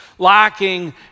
lacking